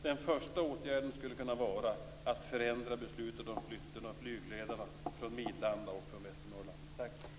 Den första åtgärden skulle kunna vara att förändra beslutet om flytten av flygledarna från Midlanda och från Västernorrland.